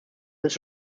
his